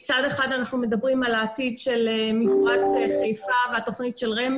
כאשר מצד אחד אנחנו מדברים על העתיד של מפרץ חיפה והתכנית של רשות